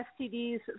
STDs